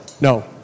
No